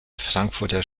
frankfurter